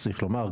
צריך לומר,